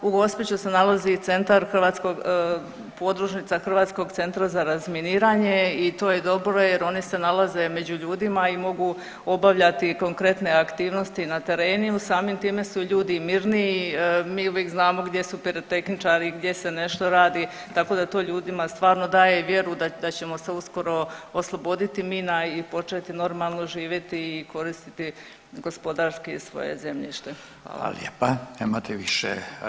U Gospiću se nalazi i centar hrvatskog, podružnica Hrvatskog centra za razminiranje i to je dobro jer oni se nalaze među ljudima i mogu obavljati konkretne aktivnosti na terenu i samim time su ljudi mirniji, mi uvijek znamo gdje su pirotehničari, gdje se nešto radi, tako da to ljudima stvarno daje vjeru da ćemo se uskoro osloboditi mina i početi normalno živjeti i koristiti gospodarski svoje zemljište.